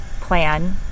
plan